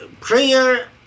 prayer